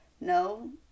no